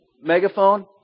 megaphone